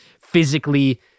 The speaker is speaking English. physically